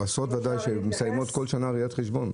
או עשרות ודאי שמסיימות כל שנה ראיית חשבון.